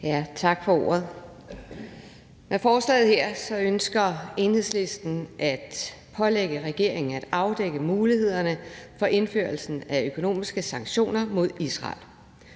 Tak for ordet. Med forslaget her ønsker Enhedslisten at pålægge regeringen at afdække mulighederne for indførelsen af økonomiske sanktioner mod Israel.